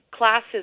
Classes